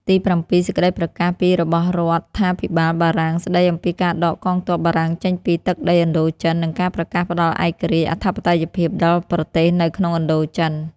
ទីប្រាំពីរ សេចក្តីប្រកាសពីរបស់រដ្ឋា ភិបាលបារាំង ស្តីអំពីការដកកងទ័ពបារាំងចេញពីទឹកដីឥណ្ឌូចិន និងការប្រកាសផ្តល់ឯករាជ្យ អធិបតេយ្យភាពដល់ប្រទេសនៅក្នុងឥណ្ឌូ ចិន។